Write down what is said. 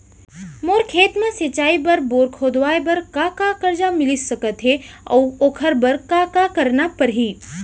मोर खेत म सिंचाई बर बोर खोदवाये बर का का करजा मिलिस सकत हे अऊ ओखर बर का का करना परही?